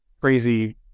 crazy